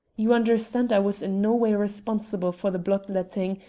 you understand i was in no way responsible for the blood-letting,